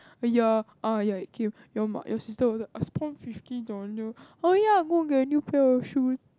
eh ya ah ya it came your your your sister will also I spent fifteen dollars oh ya I got a new pair of shoe